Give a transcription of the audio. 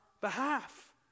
behalf